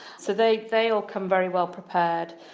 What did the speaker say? so they they all come very well prepared,